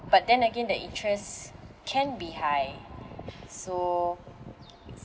but then again the interest can be high so